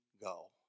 go